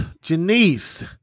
Janice